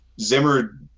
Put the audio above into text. Zimmer